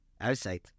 outside